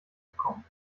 bekommen